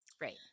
Right